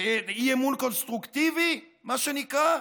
בעד אי-אמון קונסטרוקטיבי, מה שנקרא,